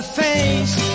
face